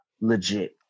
legit